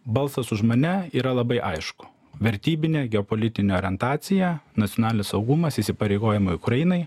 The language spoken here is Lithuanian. balsas už mane yra labai aišku vertybinė geopolitinė orientacija nacionalinis saugumas įsipareigojimai ukrainai